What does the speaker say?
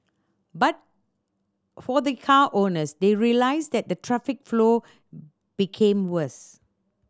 but for the car owners they realised that the traffic flow became worse